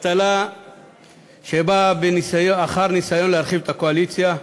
טלטלה שבאה אחר ניסיון להרחיב את הקואליציה,